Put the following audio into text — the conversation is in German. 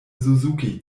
suzuki